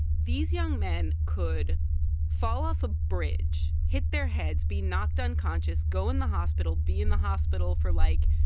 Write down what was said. these young men could fall off a bridge, hit their heads, be knocked unconscious, go in the hospital, be in the hospital for, like,